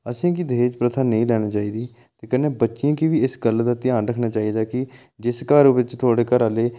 असें गी दाज प्रथा नेईं लेना चाहिदी ते कन्नै बच्चें गी बी इस गल्ल दा ध्यान रक्खना चाहिदा कि जिस घर बिच थुआढ़े घर आह्ले